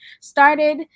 started